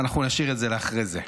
אנחנו נשאיר את זה לאחרי זה.